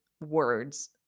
words